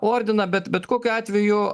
ordiną bet bet kokiu atveju